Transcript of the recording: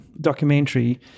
documentary